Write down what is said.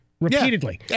repeatedly